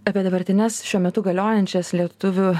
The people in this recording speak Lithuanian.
apie dabartines šiuo metu galiojančias lietuvių